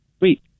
Wait